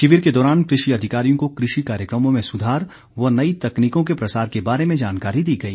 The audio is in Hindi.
शिविर के दौरान कृषि अधिकारियों को कृषि कार्यक्रमों में सुधार व नई तकनीकों के प्रसार के बारे में जानकारी दी गई